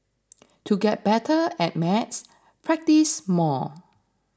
to get better at maths practise more